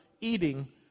eating